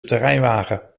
terreinwagen